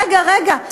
רגע רגע,